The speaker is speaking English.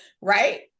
Right